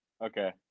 Okay